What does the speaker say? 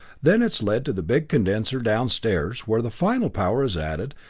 then it is led to the big condenser downstairs, where the final power is added,